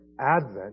Advent